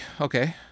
okay